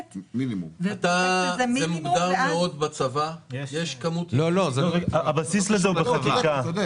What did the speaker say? --- זה מוגדר מאוד בצבא --- הבסיס לזה הוא בחקיקה.